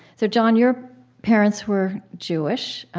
so jon, your parents were jewish,